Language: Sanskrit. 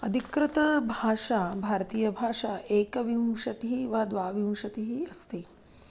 अधिकृतभाषा भारतीयभाषा एकविंशतिः वा द्वाविंशतिः अस्ति